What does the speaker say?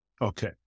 Okay